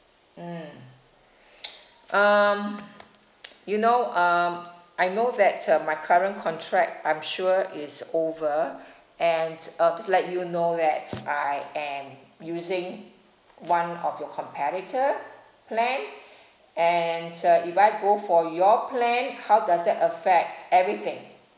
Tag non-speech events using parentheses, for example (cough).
mm (noise) um (noise) you know um I know that uh my current contract I'm sure is over and um just let you know that I am using one of your competitor plan and uh if I go for your plan how does that affect everything